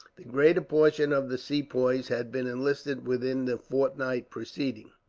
the greater portion of the sepoys had been enlisted within the fortnight preceding.